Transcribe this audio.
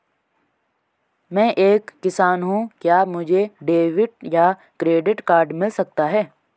मैं एक किसान हूँ क्या मुझे डेबिट या क्रेडिट कार्ड मिल सकता है?